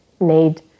need